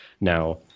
Now